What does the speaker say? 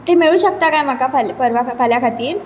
ते मेळूं शकता काय म्हाका फाल्यां पर्वां फाल्यां खातीर